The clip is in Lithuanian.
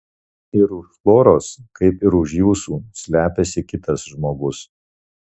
ir už floros kaip ir už jūsų slepiasi kitas žmogus